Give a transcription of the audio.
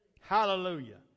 Hallelujah